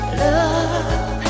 love